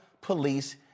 Police